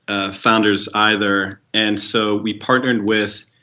ah founders either. and so we partnered with